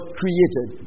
created